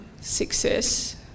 success